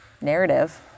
narrative